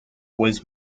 was